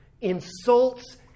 insults